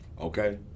Okay